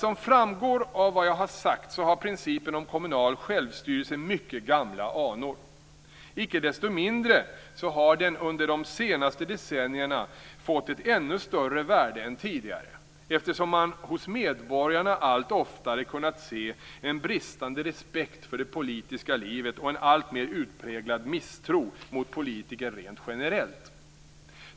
Som framgått av vad jag sagt har principen om kommunal självstyrelse mycket gamla anor. Icke desto mindre har den under de senaste decennierna fått ett ännu större värde än tidigare, eftersom man hos medborgarna allt oftare kunnat se en bristande respekt för det politiska livet och en alltmer utpräglad misstro mot politiker rent generellt.